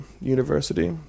University